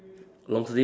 long sleeve